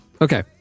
Okay